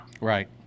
right